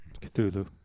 Cthulhu